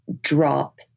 drop